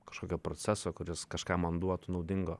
kažkokio proceso kuris kažką man duotų naudingo